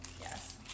Yes